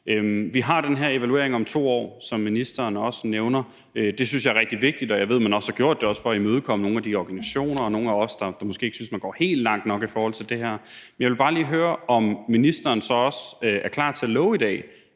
Vi har den her evaluering om 2 år, som ministeren også nævner. Det synes jeg er rigtig vigtigt, og jeg ved, at man også har gjort det for at imødekomme nogle af de organisationer og nogle af os, der måske ikke synes, at man går helt langt nok i forhold til det her. Jeg vil bare lige høre, om ministeren så også i dag er klar til at love, at